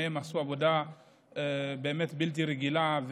שניהם עשו עבודה באמת בלתי רגילה,